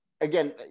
Again